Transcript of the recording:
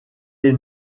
est